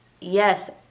yes